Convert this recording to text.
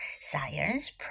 science